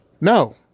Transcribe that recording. No